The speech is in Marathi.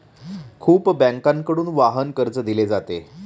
खूप बँकांकडून वाहन कर्ज दिले जाते